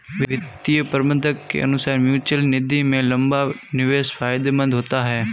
वित्तीय प्रबंधक के अनुसार म्यूचअल निधि में लंबा निवेश फायदेमंद होता है